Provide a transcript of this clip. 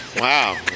wow